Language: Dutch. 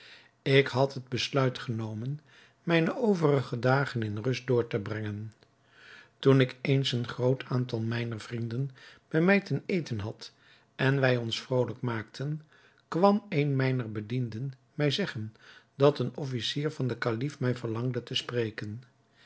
ik had het besluit genomen mijne overige dagen in rust door te brengen toen ik eens een groot aantal mijner vrienden bij mij ten eten had en wij ons vrolijk maakten kwam een mijner bedienden mij zeggen dat een officier van den kalif mij verlangde te spreken